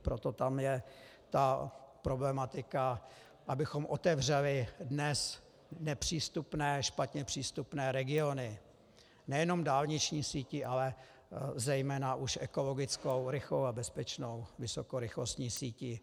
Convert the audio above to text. Proto tam je ta problematika, abychom otevřeli dnes nepřístupné, špatně přístupné regiony nejenom dálniční sítí, ale zejména už ekologickou, rychlou a bezpečnou vysokorychlostní sítí.